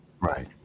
Right